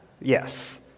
Yes